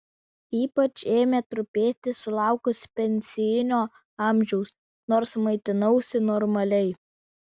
ypač ėmė trupėti sulaukus pensinio amžiaus nors maitinausi normaliai